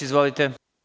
Izvolite.